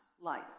life